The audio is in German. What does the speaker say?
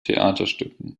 theaterstücken